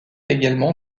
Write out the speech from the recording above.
également